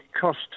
cost